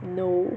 no